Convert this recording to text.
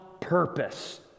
purpose